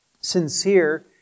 sincere